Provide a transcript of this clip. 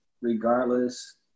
Regardless